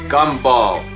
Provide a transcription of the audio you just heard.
Gumball